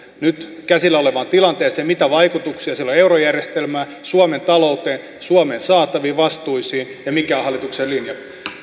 nyt käsillä olevaan tilanteeseen mitä vaikutuksia sillä on eurojärjestelmään suomen talouteen suomen saataviin vastuisiin ilmoituksen siitä mikä on hallituksen linja